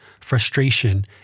frustration